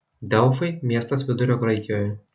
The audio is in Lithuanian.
delfai miestas vidurio graikijoje